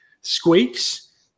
Squeaks